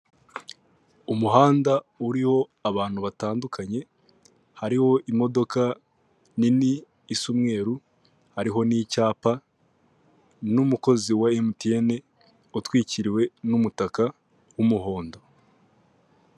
Umuhanda uriho abantu batandukanye, hariho imodoka nini isa umweru hariho n'icyapa n'umukozi wa emutiyene utwikiriwe n'umutaka w'umuhondo.